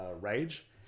Rage